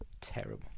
Terrible